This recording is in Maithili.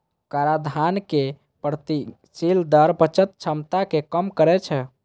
कराधानक प्रगतिशील दर बचत क्षमता कें कम करै छै